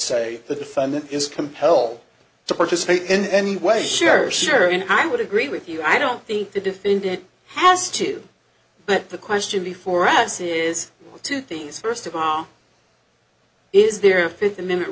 say the defendant is compelled to participate in any way shares or and i would agree with you i don't think that if indeed it has to but the question before us is two things first of all is their fifth amendment